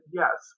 yes